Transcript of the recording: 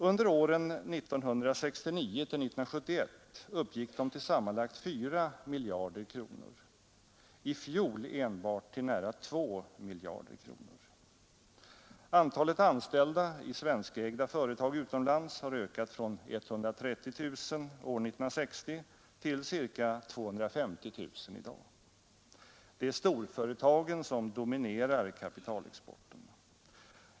Under åren 1969—1971 uppgick de till sammanlagt 4 miljarder kronor, i fjol enbart till nära 2 miljarder kronor. Antalet anställda i svenskägda företag utomlands har ökat från 130 000 år 1960 till ca 250 000 i dag. Det är storföretagen som dominerar kapitalexporten.